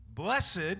Blessed